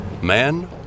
Man